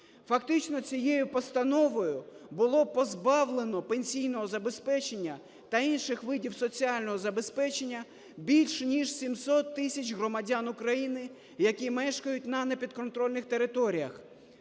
Фактично цією постановою було позбавлено пенсійного забезпечення та інших видів соціального забезпечення більш ніж 700 тисяч громадян України, які мешкають на непідконтрольних територіях.